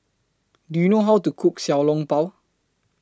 Do YOU know How to Cook Xiao Long Bao